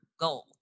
goal